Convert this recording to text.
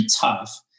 tough